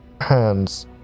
hands